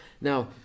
Now